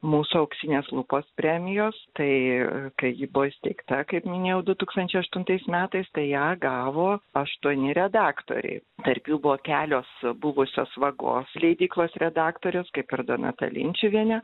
mūsų auksinės lupos premijos tai kai ji buvo įsteigta kaip minėjau du tūkstančiai aštuntais metais tai ją gavo aštuoni redaktoriai tarp jų buvo kelios buvusios vagos leidyklos redaktorės kaip ir donata linčiuvienė